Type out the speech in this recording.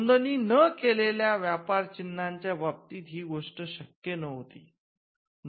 नोंदणी न केलेल्या व्यापर चिन्हाच्या बाबतीत ही गोष्ट शक्य नव्हती